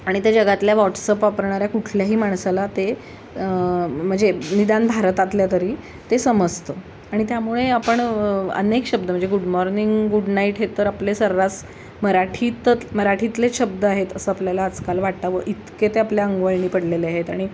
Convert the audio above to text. आणि त्या जगातल्या व्हॉट्सअप वापरणाऱ्या कुठल्याही माणसाला ते म्हणजे निदान भारतातल्या तरी ते समजतं आणि त्यामुळे आपण अनेक शब्द म्हणजे गुड मॉर्निंग गुड नाईट हे तर आपले सर्रास मराठीतत मराठीतलेच शब्द आहेत असं आपल्याला आजकाल वाटावं इतके ते आपल्या अंगवळणी पडलेले आहेत आणि